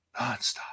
Nonstop